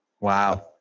Wow